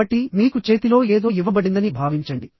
కాబట్టి మీకు చేతిలో ఏదో ఇవ్వబడిందని భావించండి